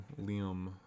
Liam